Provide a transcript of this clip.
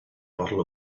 bottle